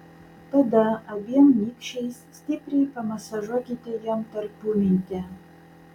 tada abiem nykščiais stipriai pamasažuokite jam tarpumentę